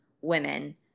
women